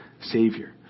Savior